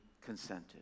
consented